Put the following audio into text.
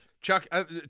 Chuck